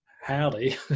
howdy